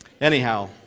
Anyhow